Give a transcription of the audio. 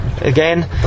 again